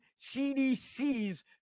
CDC's